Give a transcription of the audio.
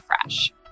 fresh